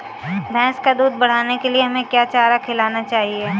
भैंस का दूध बढ़ाने के लिए हमें क्या चारा खिलाना चाहिए?